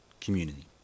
community